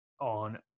on